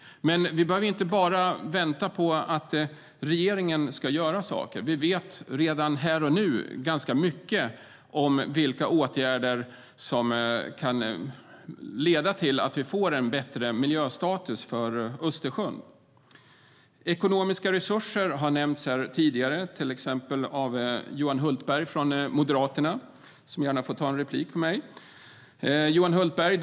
Men vi behöver inte bara vänta på att regeringen ska göra saker. Vi vet redan här och nu ganska mycket om vilka åtgärder som kan leda till att vi får en bättre miljöstatus för Östersjön. Ekonomiska resurser har nämnts tidigare, till exempel av Johan Hultberg från Moderaterna, som gärna får begära replik på mitt anförande. Johan Hultberg!